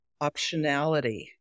optionality